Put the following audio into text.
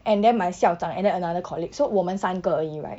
and then my 校长 and then or no other colleague so 我们三个而已 right